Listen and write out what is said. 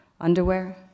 underwear